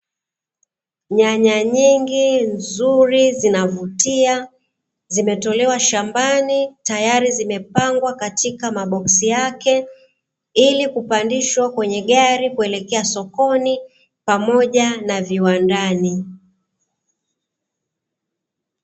Nyanya nyingi nzuri, zinavutia zimetolewa shambani tayari zimepangwa katika maboksi yake, ili kupandishwa kwenye gari kuelekea sokoni pamoja na viwandani.